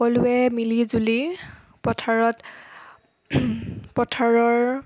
সকলোৱে মিলি জুলি পথাৰত পথাৰৰ